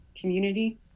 community